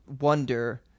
wonder